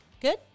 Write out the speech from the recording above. good